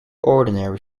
ordinary